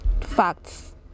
Facts